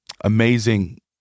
amazing